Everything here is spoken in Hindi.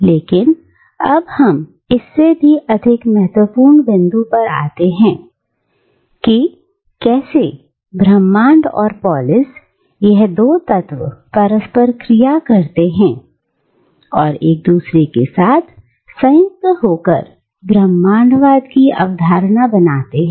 लेकिन अब हम इससे भी अधिक महत्वपूर्ण बिंदु पर आते हैं कि कैसे ब्रह्मांड और पोलिस यह दो तत्व परस्पर क्रिया करते हैं और एक दूसरे के साथ संयुक्त होकर ब्रह्मांडवाद की अवधारणा बनाते हैं